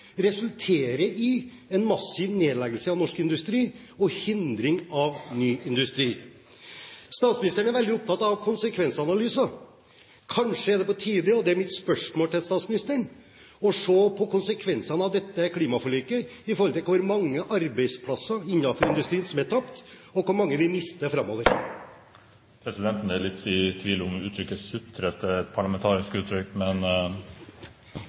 resulterer i en massiv nedleggelse av norsk industri og hindrer ny industri. Statsministeren er veldig opptatt av konsekvensanalyser. Kanskje er det på tide – og det er mitt spørsmål til statsministeren – å se på konsekvensene av dette klimaforliket i forhold til hvor mange arbeidsplasser innenfor industrien som er tapt, og hvor mange vi mister framover? Presidenten er litt i tvil om uttrykket «sutrete» er parlamentarisk, men